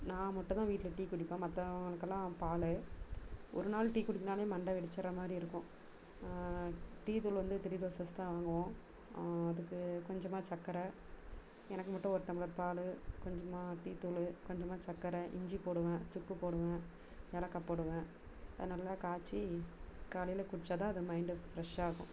நான் மட்டும் தான் வீட்டில டீ குடிப்பேன் மற்றவங்களுக்கெல்லாம் பால் ஒரு நாள் டீ குடிக்குனாலே மண்டை வெடிச்சிடுற மாதிரி இருக்கும் டீ தூள் வந்து த்ரீ ரோசஸ் தான் வாங்குவோம் அதுக்கு கொஞ்சமாக சர்க்கரை எனக்கு மட்டும் ஒரு டம்ளர் பால் கொஞ்சமாக டீத்தூள் கொஞ்சமாக சர்க்கரை இஞ்சி போடுவேன் சுக்கு போடுவேன் ஏலக்காய் போடுவேன் அதை நல்லா காய்ச்சி காலையில் குடிச்சால் தான் அது மைண்ட்டு ஃப்ரெஷ்ஷாகும்